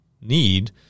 need